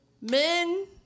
Men